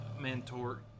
mentor